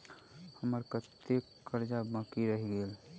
हम्मर कत्तेक कर्जा बाकी रहल गेलइ?